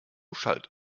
schallt